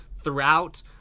throughout